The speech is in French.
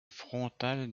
frontale